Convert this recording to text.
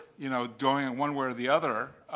you know, going and one way or the other.